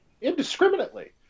indiscriminately